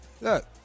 Look